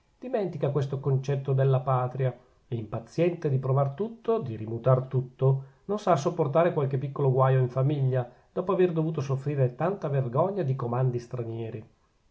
dimentica questo concetto della patria e impaziente di provar tutto di rimutar tutto non sa sopportare qualche piccolo guaio in famiglia dopo aver dovuto soffrire tanta vergogna di comandi stranieri